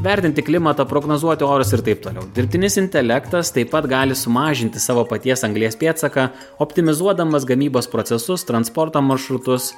vertinti klimatą prognozuoti orus ir taip toliau dirbtinis intelektas taip pat gali sumažinti savo paties anglies pėdsaką optimizuodamas gamybos procesus transporto maršrutus